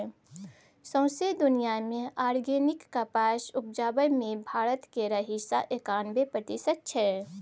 सौंसे दुनियाँ मे आर्गेनिक कपास उपजाबै मे भारत केर हिस्सा एकानबे प्रतिशत छै